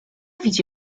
widzi